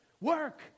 work